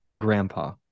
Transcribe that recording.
grandpa